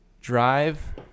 drive